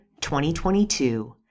2022